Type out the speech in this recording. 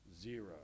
Zero